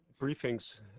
briefings